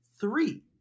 three